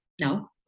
No